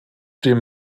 dem